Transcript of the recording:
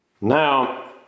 Now